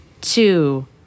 two